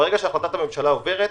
ברגע שהחלטת המשלה עוברת,